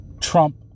Trump